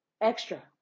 extra